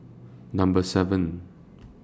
Number seven